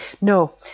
no